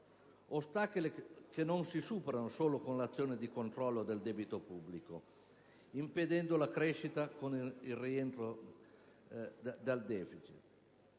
Ostacoli che non si superano solo attraverso il controllo del debito pubblico, impedendone la crescita per favorire il rientro dal deficit.